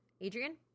Adrian